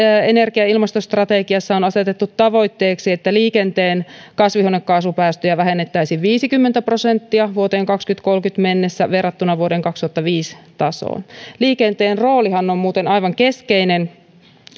energia ja ilmastostrategiassa on asetettu tavoitteeksi että liikenteen kasvihuonekaasupäästöjä vähennettäisiin viisikymmentä prosenttia vuoteen kaksituhattakolmekymmentä mennessä verrattuna vuoden kaksituhattaviisi tasoon liikenteen roolihan on muuten aivan keskeinen